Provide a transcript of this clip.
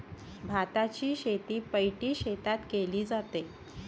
भाताची शेती पैडी शेतात केले जाते